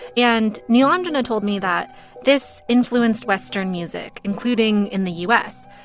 and nilanjana told me that this influenced western music, including in the u s.